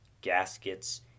gaskets